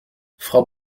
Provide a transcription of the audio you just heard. frau